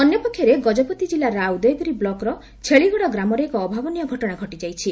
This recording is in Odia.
ଅନ୍ୟପକ୍ଷରେ ଗଜପତି ଜିଲ୍ଲା ରାଉଦୟଗିରି ବ୍ଲକର ଛେଳିଗଡ ଗ୍ରାମରେ ଏକ ଅଭାବନୀୟ ଘଟଶା ଘଟିଯାଇଛି